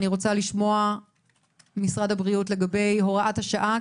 אני רוצה לשמוע ממשרד הבריאות לגבי הוראת השעה,